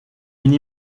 une